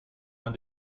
l’un